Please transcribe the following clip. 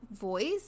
voice